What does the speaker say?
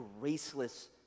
graceless